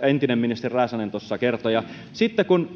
entinen ministeri räsänen tuossa kertoi sitten kun